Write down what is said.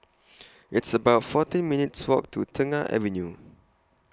It's about fourteen minutes' Walk to Tengah Avenue